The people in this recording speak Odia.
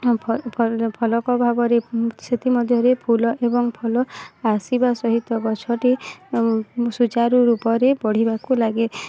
ଫଳକ ଭାବରେ ସେଥିମଧ୍ୟରେ ଫୁଲ ଏବଂ ଫଳ ଆସିବା ସହିତ ଗଛଟି ସୂଚାରୁରୂପରେ ବଢ଼ିବାକୁ ଲାଗେ